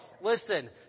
listen